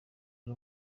ari